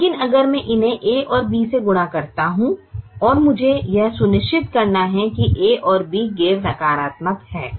लेकिन अगर मैं उन्हें a और b से गुणा करता हूं और मुझे यह सुनिश्चित करना है कि a और b गैर नकारात्मक हैं